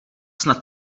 snad